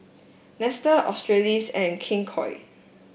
Nestle Australis and King Koil